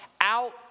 out